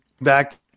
back